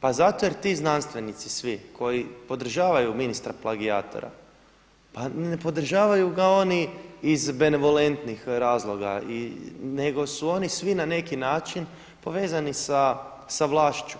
Pa zato jer ti znanstvenici svi koji podržavaju ministra plagijatora, pa ne podržavaju ga oni iz benevolentnih razloga nego su oni svi na neki način povezani sa vlašću